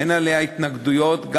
אין התנגדויות לה,